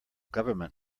government